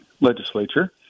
legislature